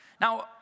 Now